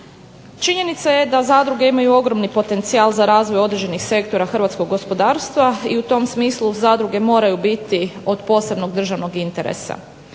Činjenica je da zadruge imaju ogromni potencijal za razvoj određenih sektora hrvatskog gospodarstva i u tom smislu zadruge moraju biti od posebnog državnog interesa.